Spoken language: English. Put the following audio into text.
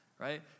right